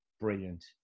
Brilliant